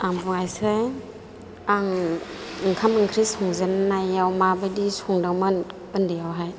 आं बुंनोसै आं ओंखाम ओंख्रि संजेननायाव माबायदि संदोंमोन उन्दैआवहाय